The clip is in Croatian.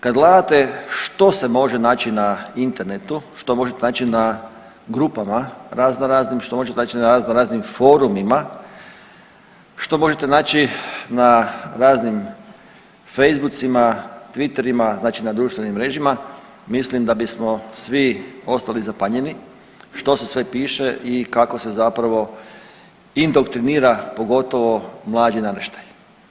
Kad gledate što se može naći na internetu, što možete naći na grupama razno raznim, što možete naći na razno raznim forumima, što možete naći na raznim Facebook-ima, Twitter-ima, znači na društvenim mrežama mislim da bismo svi ostali zapanjeni što se sve piše i kako se zapravo indoktrinira pogotovo mlađi naraštaj.